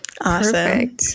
Awesome